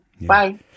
Bye